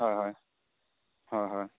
হয় হয় হয় হয়